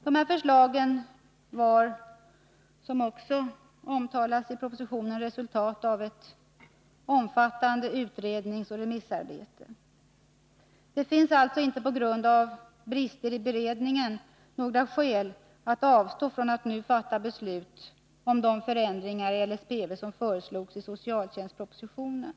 Dessa förslag var, som också anges i propositionen, resultat av ett omfattande utredningsoch remissarbete. Det finns alltså inte på grund av brister i beredningen några skäl att avstå från att nu fatta beslut om de förändringar i LSPV som föreslogs i socialtjänstspropositionen.